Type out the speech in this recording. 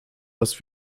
was